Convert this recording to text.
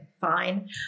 Fine